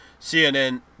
CNN